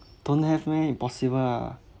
don't have meh impossible ah